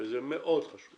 וזה מאוד חשוב